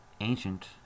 ancient